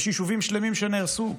יש יישובים שלמים שנהרסו,